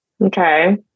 Okay